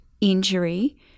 injury